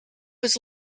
was